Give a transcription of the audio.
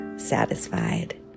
satisfied